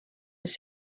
les